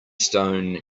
stone